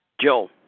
Joe